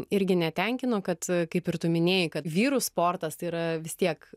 irgi netenkino kad e kaip ir tu minėjai kad vyrų sportas tai yra vis tiek